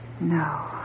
No